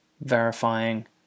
verifying